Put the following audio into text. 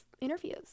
interviews